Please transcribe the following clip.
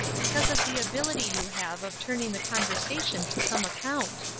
because of the ability you have of turning the conversation to some account.